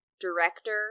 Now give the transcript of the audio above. Director